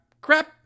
crap